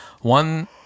One